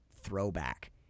Throwback